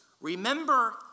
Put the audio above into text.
remember